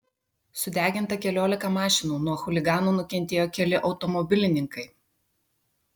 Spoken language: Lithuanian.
sudeginta keliolika mašinų nuo chuliganų nukentėjo keli automobilininkai